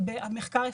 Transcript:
במחקר אפקטיבי.